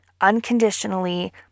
unconditionally